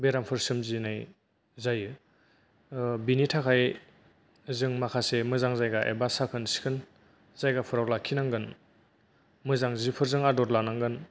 बेरामफोर सोमजिनाय जायो बिनि थाखाय जों माखासे मोजां जायगा एबा साखोन सिखोन जायगोफोराव लाखिनांगोन मोजां जिफोरजों आदर लानांगोन